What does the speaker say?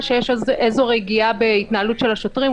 שיש איזו רגיעה בהתנהלות של השוטרים,